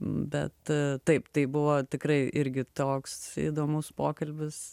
bet taip tai buvo tikrai irgi toks įdomus pokalbis